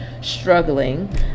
struggling